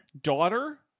Daughter